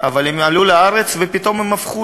שכל כך נלחמנו עליה בכנסת הקודמת.